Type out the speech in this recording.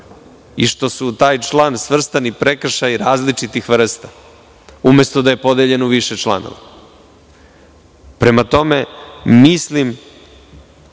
i što su u taj član svrstani prekršaji različitih vrsta, umesto da je podeljeno u više članova. Prema tome, mislim